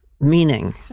meaning